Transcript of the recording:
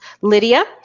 Lydia